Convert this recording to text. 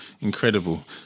Incredible